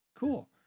Cool